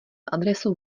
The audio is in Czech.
adresu